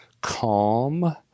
calm